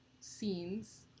scenes